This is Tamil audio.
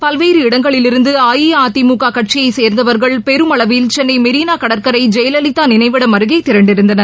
பல்வேறு இடங்களிலிருந்து அஇஅதிமுக கட்சியைச் சேர்ந்தவர்கள் பெருமளவில் சென்னை மெரினா கடற்கரை ஜெயலலிதா நினைவிடம் அருகே திரண்டிருந்தனர்